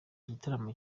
igitaramo